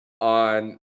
on